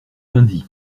lundi